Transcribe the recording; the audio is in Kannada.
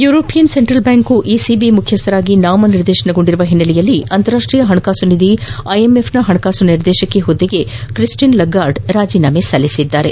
ಯುರೋಪಿಯನ್ ಸೆಂಟ್ರಲ್ ಬ್ಯಾಂಕ್ ಇಸಿಬಿ ಮುಖ್ಯಸ್ಥರಾಗಿ ನಾಮನಿರ್ದೇಶನಗೊಂಡಿರುವ ಹಿನ್ನೆಲೆಯಲ್ಲಿ ಅಂತಾರಾಷ್ಟೀಯ ಹಣಕಾಸು ನಿಧಿ ಐಎಂಎಫ್ನ ಹಣಕಾಸು ನಿರ್ದೇಶಕಿ ಹುದ್ದೆಗೆ ಕ್ರಿಸ್ಟಿನ್ ಲಗಾರ್ಡೆ ರಾಜಿನಾಮೆ ಸಲ್ಲಿಸಿದ್ದಾರೆ